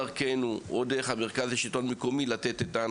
דרכנו או דרך המרכז לשלטון מקומי.